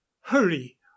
hurry